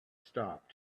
stopped